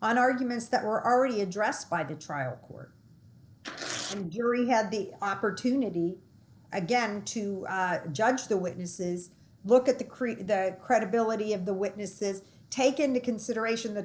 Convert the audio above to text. on arguments that were already addressed by the trial court during had the opportunity again to judge the witnesses look at the create the credibility of the witnesses take into consideration the